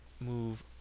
move